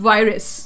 Virus